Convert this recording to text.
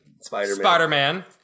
Spider-Man